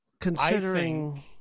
considering